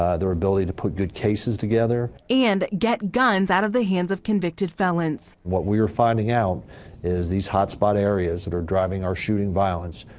ah their ability to put good cases together and get guns out of the hands of convicted felons. what we're finding out is these hot spot areas that are driving are shooting violence.